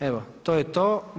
Evo, to je to.